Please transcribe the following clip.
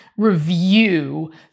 review